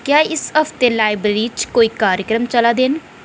क्या इस हफ्ते लाइब्रेरी च कोई कार्यक्रम चला दे न